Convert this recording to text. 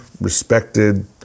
respected